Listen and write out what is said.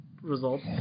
Results